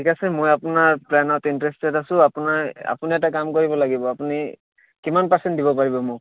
ঠিক আছে মই আপোনাৰ প্লেনত ইনটাৰেষ্টেড আছোঁ আপোনাৰ আপুনি এটা কাম কৰিব লাগিব আপুনি কিমান পাৰ্চেণ্ট দিব পাৰিব মোক